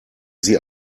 sie